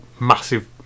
massive